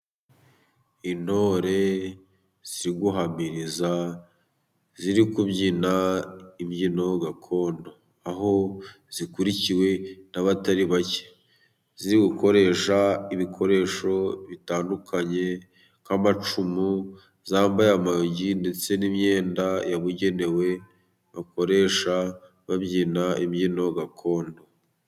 Intore ziri guhamiriza, ziri kubyina imbyino gakondo, aho zikurikiwe n'abatari bake. Ziri gukoresha ibikoresho bitandukanye nk'amacumu, zambaye amayugi, ndetse n'imyenda yabugenewe bakoresha babyina imbyino gakondo.